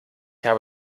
habe